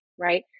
right